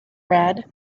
red